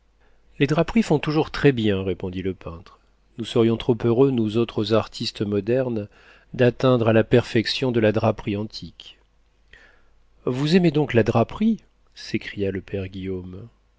les draperies font toujours très-bien répondit le peintre nous serions trop heureux nous autres artistes modernes d'atteindre à la perfection de la draperie antique vous aimez donc la draperie s'écria le père guillaume